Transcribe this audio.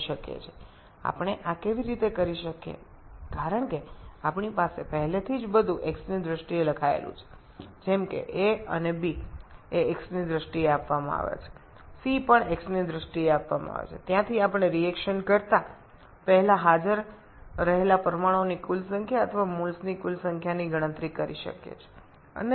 যেহেতু আমাদের কাছে ইতিমধ্যে x এর সাপেক্ষে সমস্ত কিছু রয়েছে যেমন x এর সাপেক্ষে a ও b c ও x সাপেক্ষে দেওয়া আছে সেখান থেকে আমরা বিক্রিয়াটির আগে এবং পরে উপস্থিত মোট মোল সংখ্যা বা মোট মোল সংখ্যা গণনা করতে পারি